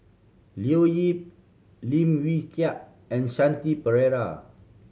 Leo Yip Lim Wee Kiak and Shanti Pereira